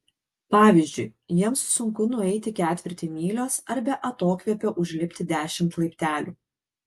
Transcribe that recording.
pavyzdžiui jiems sunku nueiti ketvirtį mylios ar be atokvėpio užlipti dešimt laiptelių